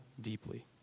deeply